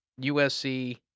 USC